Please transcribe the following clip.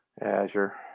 Azure